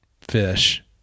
fish